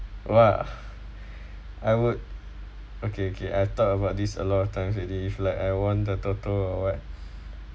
!wah! I would okay kay I thought about this a lot of times already if like I won the TOTO or what